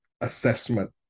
assessment